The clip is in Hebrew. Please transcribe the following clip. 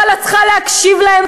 הם הגיעו לצבא,